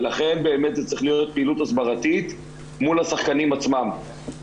ולכן צריכה להיות פעילות הסברתית מול השחקנים עצמם.